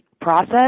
process